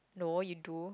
no you do